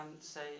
say